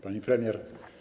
Pani Premier!